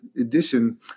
edition